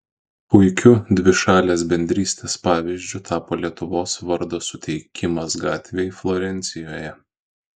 puikiu dvišalės bendrystės pavyzdžiu tapo lietuvos vardo suteikimas gatvei florencijoje